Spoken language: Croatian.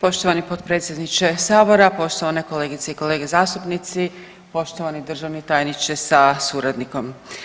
Poštovani potpredsjedniče sabora, poštovane kolegice i kolege zastupnici, poštovani državni tajniče sa suradnikom.